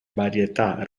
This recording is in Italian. varietà